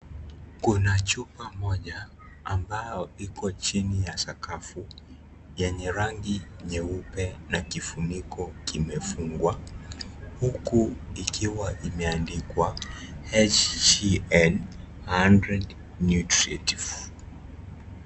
Kuna chupa moja ambayo iko chini ya sakafu yenye rangi nyeupe na kifuniko kimefungwa huku ikiwa imeandikwa HJN 100 nutretive .